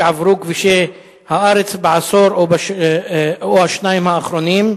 שעברו כבישי הארץ בעשור או השניים האחרונים,